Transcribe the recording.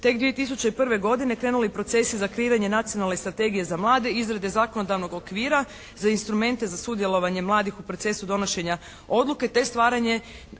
tek 2001. godine krenuli procesi za kreiranje Nacionalne strategije za mlade, izrade zakonodavnog okvira, za instrumente za sudjelovanje mladih u procesu donošenja odluke, te stvaranje